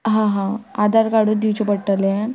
हां हां आदार कार्डूच दिवचें पडटले